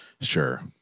Sure